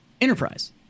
Enterprise